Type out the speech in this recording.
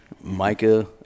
Micah